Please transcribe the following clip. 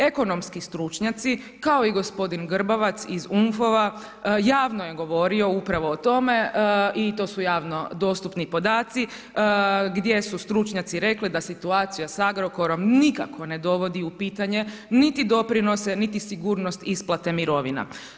Ekonomski stručnjaci kao i gospodin Grbovac iz … javno je govorio upravo o tome i to su javno dostupni podaci gdje su stručnjaci rekli da situacija sa Agrokorom nikako ne dovodi u pitanje niti doprinose, niti sigurnost isplate mirovina.